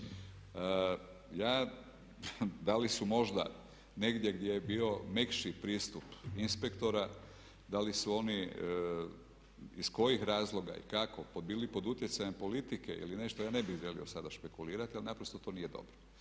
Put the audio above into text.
da li su možda negdje gdje je bio mekši pristup inspektora da li su oni iz kojih razloga i kako bili pod utjecajem politike ili nešto ja ne bih želio sada špekulirati ali naprosto to nije dobro.